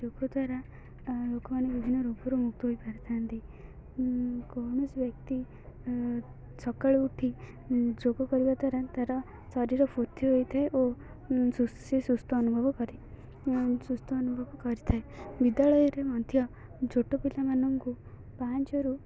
ଯୋଗ ଦ୍ୱାରା ଲୋକମାନେ ବିଭିନ୍ନ ରୋଗରୁ ମୁକ୍ତ ହୋଇପାରିଥାନ୍ତି କୌଣସି ବ୍ୟକ୍ତି ସକାଳୁ ଉଠି ଯୋଗ କରିବା ଦ୍ୱାରା ତାର ଶରୀର ଫୁର୍ତ୍ତି ହୋଇଥାଏ ଓ ସେ ସୁସ୍ଥ ଅନୁଭବ କରେ ସେ ସୁସ୍ଥ ଅନୁଭବ କରିଥାଏ ବିଦ୍ୟାଳୟରେ ମଧ୍ୟ ଛୋଟ ପିଲାମାନଙ୍କୁ ପାଞ୍ଚରୁ